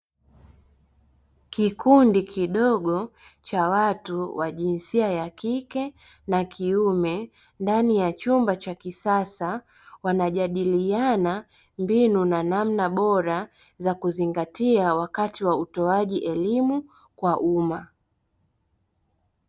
Kikundi kidogo cha watu wa jinsia ya kike na kiume, ndani ya chumba cha kisasa, wanajadiliana mbinu na namna bora za kuzingatia wakati wa utoaji elimu kwa umma.